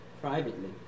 privately